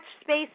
space